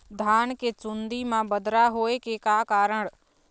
धान के चुन्दी मा बदरा होय के का कारण?